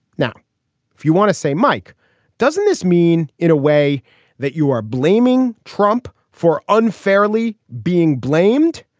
now if you want to say mike doesn't this mean in a way that you are blaming trump for unfairly being blamed.